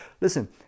listen